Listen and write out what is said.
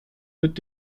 mit